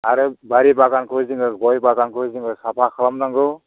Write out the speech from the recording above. आरो बारि बागानखौ जोङो गय बागानखौ जोङो साफा खालामनांगौ